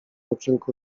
uczynku